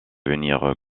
venir